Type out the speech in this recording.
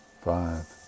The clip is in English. five